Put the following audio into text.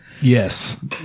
yes